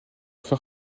fer